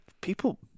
people